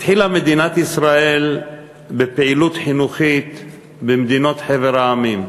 התחילה מדינת ישראל בפעילות חינוכית בחבר המדינות.